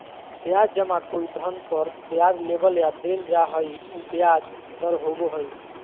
ब्याज जमा कोई धन पर ब्याज लेबल या देल जा हइ उ ब्याज दर होबो हइ